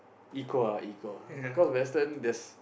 equal ah equal ah cause western there's